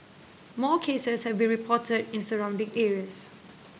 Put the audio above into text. more cases have been reported in surrounding areas